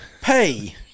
pay